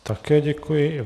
Také děkuji.